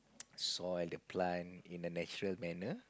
soil the plant in a natural manner